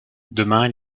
demain